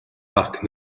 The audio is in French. parc